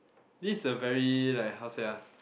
this is a very like how to say ah